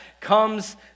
comes